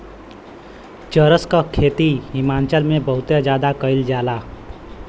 चरस क खेती हिमाचल में बहुते जादा कइल जाला